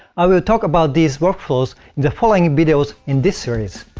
i will talk about these workflows in the following videos in this series.